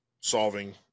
solving